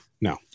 No